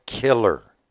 killer